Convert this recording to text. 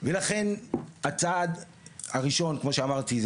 ולכן הצעד הראשון כמו שאמרתי,